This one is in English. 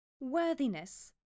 worthiness